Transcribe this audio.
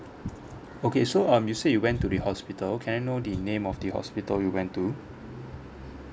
okay so um you say you went to the hospital can I know the name of the hospital you went to